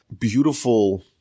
beautiful